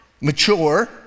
mature